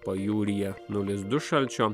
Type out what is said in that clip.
pajūryje nulis du šalčio